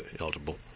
eligible